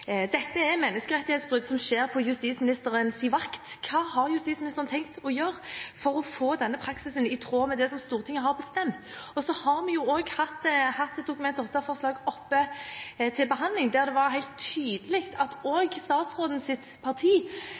Dette er menneskerettighetsbrudd, som skjer på justisministerens vakt. Hva har justisministeren tenkt å gjøre for at denne praksisen blir i tråd med det som Stortinget har bestemt? Vi har hatt et Dokument 8-forslag til behandling der det var helt tydelig at også statsrådens parti